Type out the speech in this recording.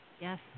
Yes